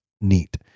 neat